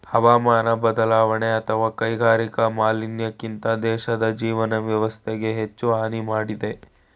ಹವಾಮಾನ ಬದಲಾವಣೆ ಅತ್ವ ಕೈಗಾರಿಕಾ ಮಾಲಿನ್ಯಕ್ಕಿಂತ ದೇಶದ್ ಜೀವನ ವ್ಯವಸ್ಥೆಗೆ ಹೆಚ್ಚು ಹಾನಿ ಮಾಡಿದೆ